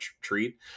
treat